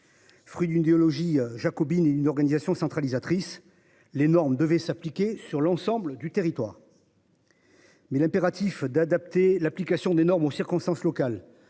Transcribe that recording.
Fruit d'une idéologie jacobine une organisation centralisatrice les normes devait s'appliquer sur l'ensemble du territoire. Mais l'impératif d'adapter l'application des normes aux circonstances locales